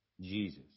Jesus